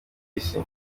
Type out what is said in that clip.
isi